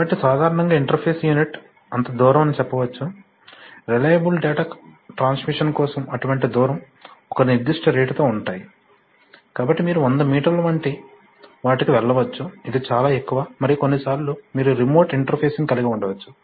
కాబట్టి సాధారణంగా interface unit అంత దూరం అని చెప్పవచ్చు రెలీయాబుల్ డేటా ట్రాన్స్మిషన్ కోసం అటువంటి దూరం ఒక నిర్దిష్ట రేటుతో ఉంటాయి కాబట్టి మీరు 100 మీటర్ల వంటి వాటికి వెళ్ళవచ్చు ఇది చాలా ఎక్కువ మరియు కొన్నిసార్లు మీరు రిమోట్ ఇంటర్ఫేసింగ్ కలిగి ఉండవచ్చు